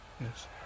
Yes